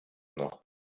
noch